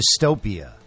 dystopia